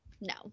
no